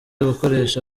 ugukoresha